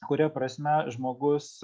kuria prasme žmogus